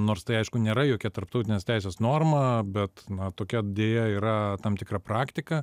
nors tai aišku nėra jokia tarptautinės teisės norma bet na tokia deja yra tam tikra praktika